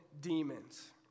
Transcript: demons